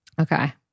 Okay